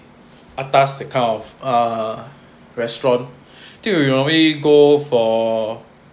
atas that kind of err restaurant I think we normally go for